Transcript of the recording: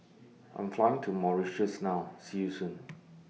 I'm Flying to Mauritius now See YOU Soon